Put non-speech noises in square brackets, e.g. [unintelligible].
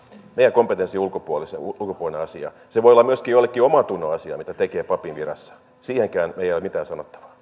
kompetenssin ulkopuolinen asia se voi olla myöskin jollekin omantunnon asia mitä tekee papin virassa siihenkään meillä ei ole mitään sanottavaa [unintelligible]